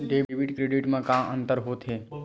Debit credit मा का अंतर होत हे?